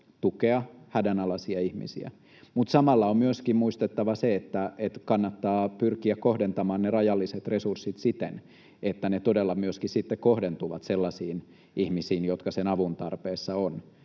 tukea hädänalaisia ihmisiä, mutta samalla on myöskin muistettava se, että kannattaa pyrkiä kohdentamaan ne rajalliset resurssit siten, että ne todella myöskin sitten kohdentuvat sellaisiin ihmisiin, jotka sen avun tarpeessa ovat.